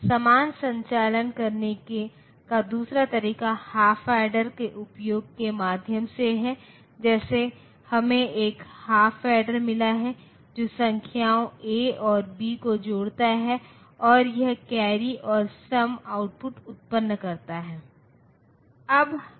समान संचालन करने का दूसरा तरीका हाफ ऐडर के उपयोग के माध्यम से है जैसे हमें एक हाफ ऐडर मिला है जो संख्याओं ए और बी को जोड़ता है और यह कैरी और सम आउटपुट उत्पन्न करता है